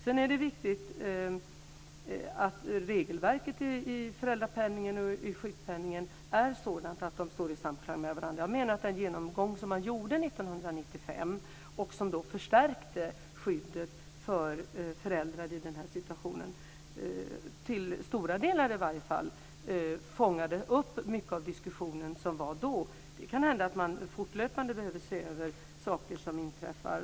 Sedan är det viktigt att regelverket när det gäller föräldrapenningen och sjukpenningen är sådant att de står i samklang med varandra. Jag menar att den genomgång som man gjorde 1995, som förstärkte skyddet för föräldrar i den här situationen, i alla fall till stora delar fångade upp mycket av den diskussion som var. Det kan hända att man fortlöpande behöver se över saker som inträffar.